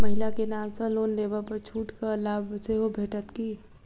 महिला केँ नाम सँ लोन लेबऽ पर छुटक लाभ सेहो भेटत की?